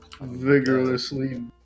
Vigorously